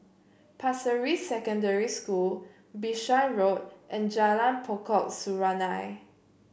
Pasir Ris Secondary School Bishan Road and Jalan Pokok Serunai